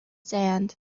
sand